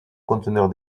conteneur